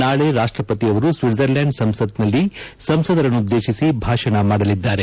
ನಾಳೆ ರಾಷ್ಟಪತಿಯವರು ಸ್ವಿಡ್ಡರ್ಲ್ಯಾಂಡ್ ಸಂಸತ್ನಲ್ಲಿ ಸಂಸದರನ್ನುದ್ದೇಶಿಸಿ ಭಾಷಣ ಮಾದಲಿದ್ದಾರೆ